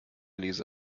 lese